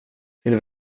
till